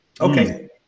Okay